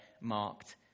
marked